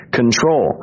control